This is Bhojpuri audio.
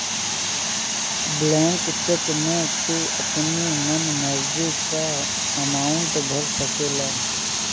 ब्लैंक चेक में तू अपनी मन मर्जी कअ अमाउंट भर सकेला